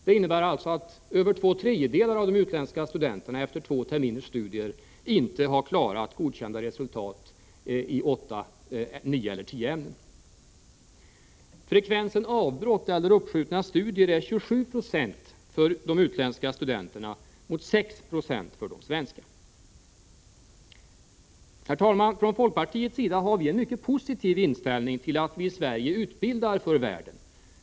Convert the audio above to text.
Det innebär alltså att över två tredjedelar av de utländska studenterna inte har uppnått godkända resultat efter två terminers studier. Frekvensen avbrott eller uppskjutna studier är 27 90 för de utländska studenterna mot 6 90 för de svenska. Herr talman! Från folkpartiets sida har vi en mycket positiv inställning till att vi i Sverige utbildar för världen.